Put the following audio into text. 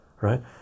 right